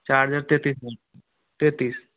charger तैंतीस में तैंतीस